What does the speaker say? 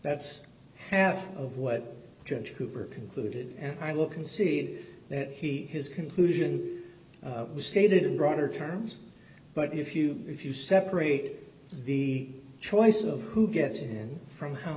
that's have of what judge hoover concluded and i look and see that he his conclusion was stated in broader terms but if you if you separate the choice of who gets in from how